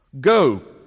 Go